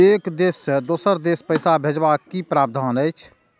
एक देश से दोसर देश पैसा भैजबाक कि प्रावधान अछि??